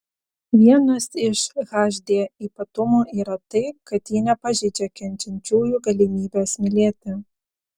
vienas iš hd ypatumų yra tai kad ji nepažeidžia kenčiančiųjų galimybės mylėti